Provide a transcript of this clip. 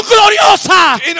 gloriosa